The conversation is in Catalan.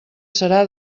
serà